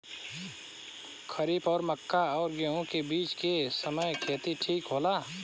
खरीफ और मक्का और गेंहू के बीच के समय खेती ठीक होला?